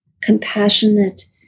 compassionate